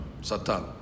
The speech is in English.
Satan